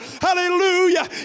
Hallelujah